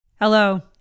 Hello